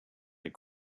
like